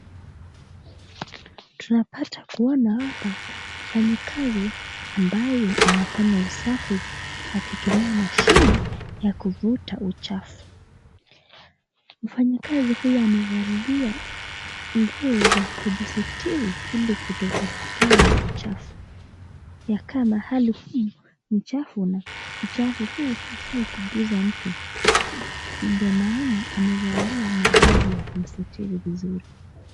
Tunapata kuona hapa mfanyikazi ambaye anafanya usafi akitumia mashini ya kuvuta uchafu. Mfanyikazi huyu amevalia nguo za kujisitiri ili kutopatikana na uchafu. Ya kama hali hii, uchafu huu haufai kuguza mtu. . Ndio maana amevalia mavazi ya kumsitiri vizuri.